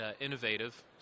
innovative